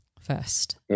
first